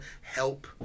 help